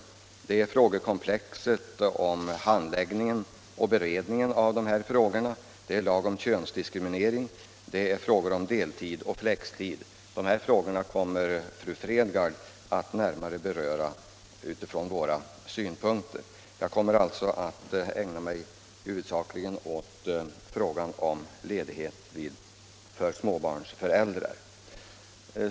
Det är handläggningen och beredningen = av hela problemkomplexet, det är lag om könsdiskriminering, det är frågor — Jämställdhetsfrågor om deltid och flextid. De frågorna kommer fru Fredgardh att närmare — m.m. beröra. Jag kommer alltså att huvudsakligen ägna mig åt frågan om ledighet för samåbarnsföräldrar.